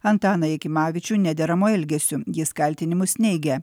antaną jakimavičių nederamu elgesiu jis kaltinimus neigia